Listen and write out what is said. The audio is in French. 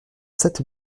sept